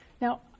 Now